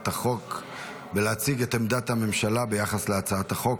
החוק ולהציג את עמדת הממשלה ביחס להצעת החוק.